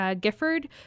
Gifford